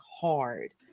hard